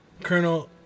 Colonel